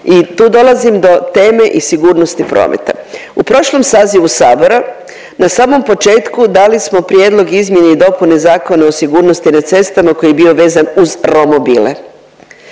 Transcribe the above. i tu dolazim do teme iz sigurnosti prometa. U prošlom sazivu sabora, na samom početku dali smo prijedlog izmjene i dopune Zakona o sigurnosti na cestama koji je bio vezan uz romobile.